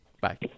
Bye